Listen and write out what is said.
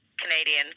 canadian